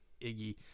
Iggy